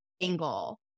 angle